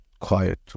quiet